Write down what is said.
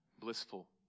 blissful